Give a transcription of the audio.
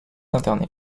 interné